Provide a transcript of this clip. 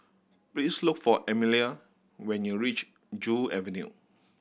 please look for Emelia when you reach Joo Avenue